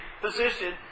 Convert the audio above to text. position